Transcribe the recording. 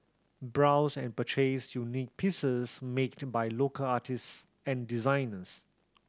browse and purchase unique pieces make by local artist and designers